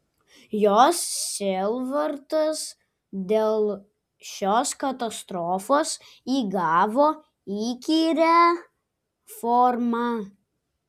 jos sielvartas dėl šios katastrofos įgavo įkyrią formą